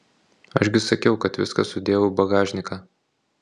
aš gi sakiau kad viską sudėjau į bagažniką